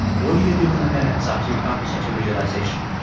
what do you do in the minutes after you come to such a realization?